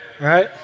Right